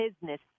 business